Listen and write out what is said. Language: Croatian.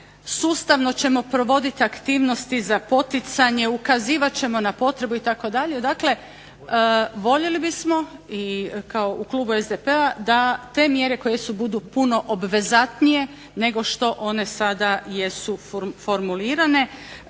sustavno ćemo provoditi aktivnosti za poticanje, ukazivat ćemo na potrebu itd. Dakle, voljeli bismo i kao u klubu SDP-a da te mjere koje budu puno obvezatnije nego što one sada jesu formulirane